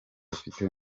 afite